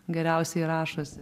geriausiai rašosi